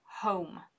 home